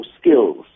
skills